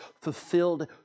fulfilled